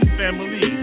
family